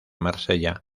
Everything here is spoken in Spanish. marsella